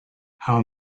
how